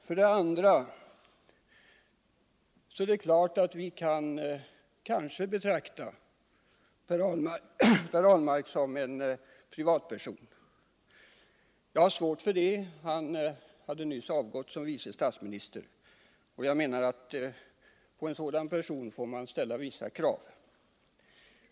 För det andra är det tveksamt om vi i det här sammanhanget kan betrakta Per Ahlmark som en privatperson. Jag har svårt att göra det. Han hade vid det här tillfället nyligen avgått som vice statsminister, och jag menar att man på en sådan person måste kunna ställa vissa krav.